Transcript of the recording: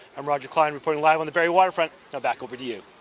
i'm roger klein reporting live on the barrie waterfront, now back over to you.